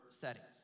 settings